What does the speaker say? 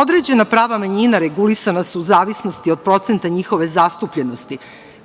Određena prava manjina regulisana su u zavisnosti od procenta njihove zastupljenosti,